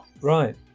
Right